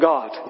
God